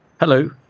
Hello